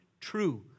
true